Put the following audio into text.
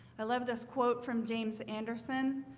i love this quote from james anderson.